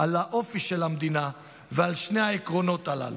על האופי של המדינה ועל שני העקרונות הללו.